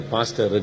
Pastor